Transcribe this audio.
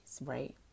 right